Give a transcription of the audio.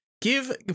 give